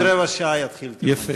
בעוד רבע שעה יתחיל התרגום הסימולטני.